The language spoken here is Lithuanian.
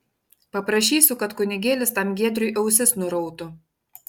paprašysiu kad kunigėlis tam giedriui ausis nurautų